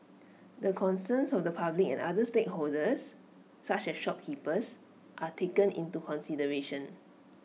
the concerns of the public and other stakeholders such as shopkeepers are taken into consideration